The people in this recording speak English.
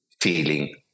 feeling